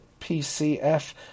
PCF